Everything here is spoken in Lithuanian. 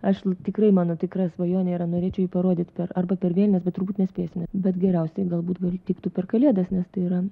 aišku tikrai mano tikra svajonė yra norėčiau jį parodyt per arba per vėlines bet turbūt nespėsime bet geriausiai tai galbūt gal tiktų per kalėdas nes tai yra